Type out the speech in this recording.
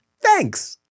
Thanks